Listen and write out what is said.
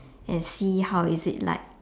and see how is it like